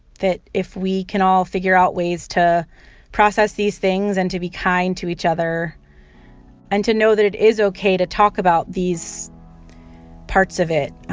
that if we can all figure out ways to process these things and to be kind to each other and to know that it is ok to talk about these parts of it